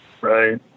Right